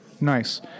Nice